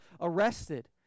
arrested